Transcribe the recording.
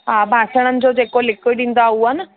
हा बासणनि जो जेको लिक्विड ईंदो आहे उहो न